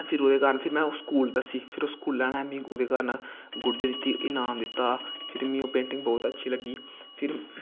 फिर ओह्दे कारन फिर में स्कूल दस्सी फिर स्कूले आह्लैं ओह्दे कारन गुड दित्ती इनाम दित्ता फिर में ओह् पेंटिंग बौह्त अच्छी लग्गी फिर